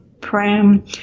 pram